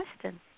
question